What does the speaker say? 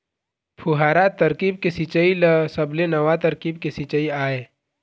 फुहारा तरकीब के सिंचई ह सबले नवा तरकीब के सिंचई आय